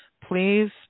Please